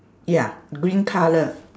ya green colour